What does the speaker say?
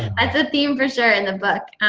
that's a theme, for sure, in the book.